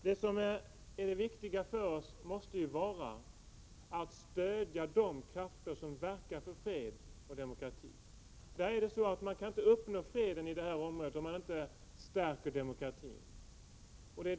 Det viktiga för oss måste vara att stödja de krafter som verkar för fred och demokrati. Man kan inte uppnå fred i detta område om man inte stärker demokratin.